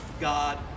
God